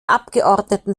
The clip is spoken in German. abgeordneten